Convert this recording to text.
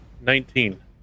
Nineteen